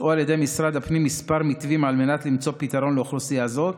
הוצעו על ידי משרד הפנים כמה מתווים על מנת למצוא פתרון לאוכלוסייה זו,